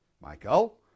Michael